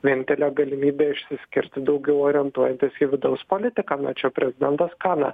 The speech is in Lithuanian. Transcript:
vienintelė galimybė išsiskirti daugiau orientuojantis į vidaus politiką na čia jau prezidentas ką na